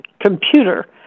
computer